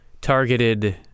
targeted